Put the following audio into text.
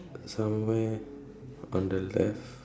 somewhere on the left